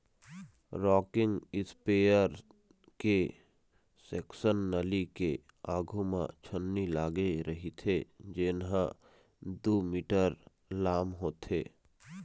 rocking sprayer के section नली के आघू म छन्नी लागे रहिथे जेन ह दू मीटर लाम होथे